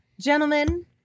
Gentlemen